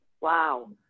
Wow